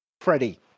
Freddie